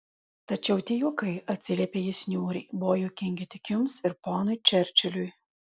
tačiau tie juokai atsiliepė jis niūriai buvo juokingi tik jums ir ponui čerčiliui